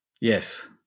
Yes